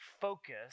focus